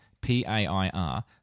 P-A-I-R